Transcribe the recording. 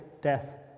death